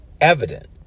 evident